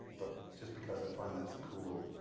but just because i find that's a cool.